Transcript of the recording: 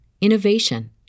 innovation